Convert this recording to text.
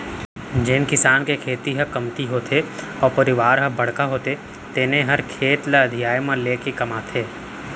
जेन किसान के खेती ह कमती होथे अउ परवार ह बड़का होथे तेने हर खेत ल अधिया म लेके कमाथे